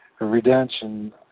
redemption